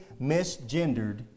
misgendered